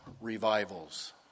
revivals